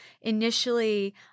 initially